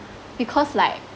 because like